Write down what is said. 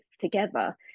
together